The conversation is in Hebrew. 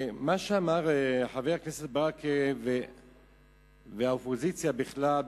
מה שאמרו חבר הכנסת ברכה והאופוזיציה בכלל,